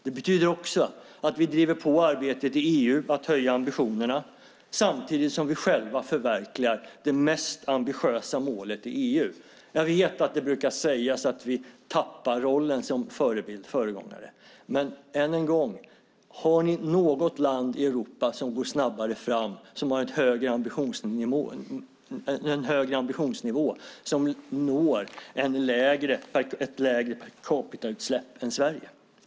Det betyder också att vi driver på arbetet i EU med att höja ambitionerna samtidigt som vi själva förverkligar det mest ambitiösa målet i EU. Jag vet att det brukar sägas att vi tappar rollen som förebild och föregångare. Men än en gång: Har ni något land i Europa som går snabbare fram, som har en högre ambitionsnivå och som når ett lägre per-capita-utsläpp än Sverige?